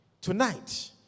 tonight